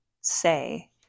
say